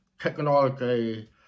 technology